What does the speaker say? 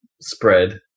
spread